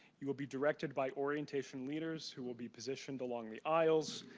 you will be directed by orientation leaders who will be positioned along the aisles.